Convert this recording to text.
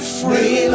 free